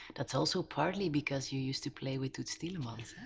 that's also partly because you used to play with toots thielemans.